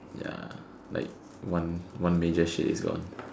ya like one one major shit is gone